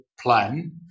plan